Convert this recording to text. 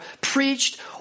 preached